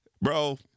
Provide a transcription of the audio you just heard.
bro